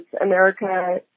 America